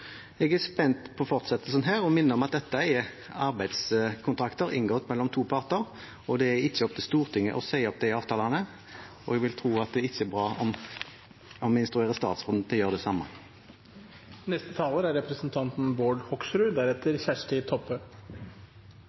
Jeg er spent på fortsettelsen og minner om at dette er arbeidskontrakter inngått mellom to parter. Det er ikke opp til Stortinget å si opp disse avtalene, og jeg vil tro at det heller ikke er bra om vi instruerer statsråden til å gjøre det. Det er